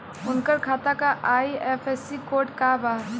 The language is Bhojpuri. उनका खाता का आई.एफ.एस.सी कोड का बा?